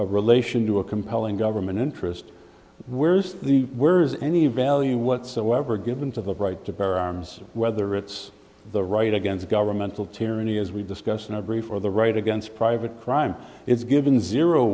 of relation to a compelling government interest where is the where is any value whatsoever given to the right to bear arms whether it's the right against governmental tyranny as we discussed in a very for the right against private crime it's given zero